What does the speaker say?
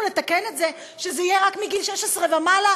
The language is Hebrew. לתקן את זה שזה יהיה רק מגיל 16 ומעלה,